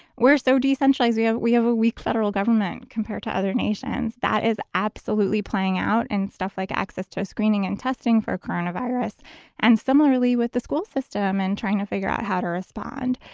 we're so decentralized. we have we have a weak federal government compared to other nations. that is absolutely playing out and stuff like access to screening and testing for coronavirus. and similarly with the school system and trying to figure out how to respond.